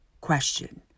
question